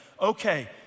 okay